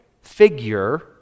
figure